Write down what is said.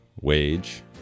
wage